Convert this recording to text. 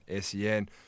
SEN